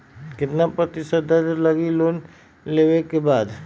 कितना प्रतिशत दर लगी लोन लेबे के बाद?